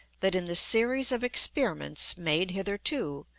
that in the series of experiments made hitherto,